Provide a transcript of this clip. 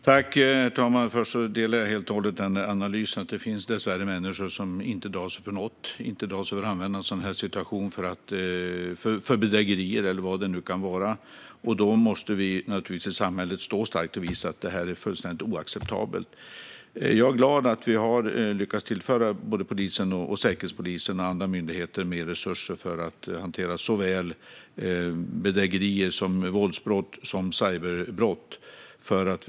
Herr talman! Först delar jag helt och hållet analysen. Det finns dessvärre människor som inte drar sig för något utan använder en sådan här situation för bedrägerier eller vad det nu kan vara. Då måste samhället stå starkt och visa att det är fullständigt oacceptabelt. Jag är glad att vi har lyckats tillföra både polisen, säkerhetspolisen och andra myndigheter mer resurser för att hantera såväl bedrägerier som våldsbrott och cyberbrott.